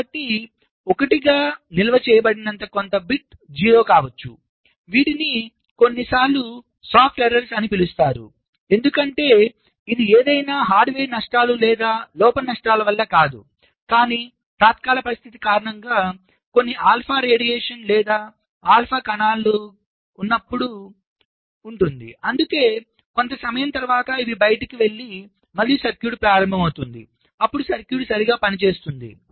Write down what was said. కాబట్టి 1 గా నిల్వ చేయబడిన కొంత బిట్ 0 కావచ్చువీటిని కొన్నిసార్లు మృదువైన లోపాలు అని పిలుస్తారు ఎందుకంటే ఇవి ఏదైనా హార్డ్వేర్ నష్టాలు లేదా లోపాల వల్ల కాదు కానీ తాత్కాలిక పరిస్థితి కారణంగా కొన్ని ఆల్ఫా రేడియేషన్ లేదా ఆల్ఫా కణాలు కుడుతున్నందున అయితే కొంత సమయం తరువాత ఇవి బయటకు వెళ్లి మళ్ళీ సర్క్యూట్ ప్రారంభమవుతుంది సరిగ్గా పనిచేస్తోంది